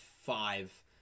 five